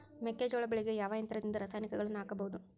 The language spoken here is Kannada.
ಮೆಕ್ಕೆಜೋಳ ಬೆಳೆಗೆ ಯಾವ ಯಂತ್ರದಿಂದ ರಾಸಾಯನಿಕಗಳನ್ನು ಹಾಕಬಹುದು?